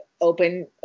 open